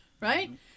Right